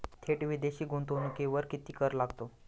थेट विदेशी गुंतवणुकीवर किती कर लागतो?